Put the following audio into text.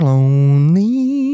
Lonely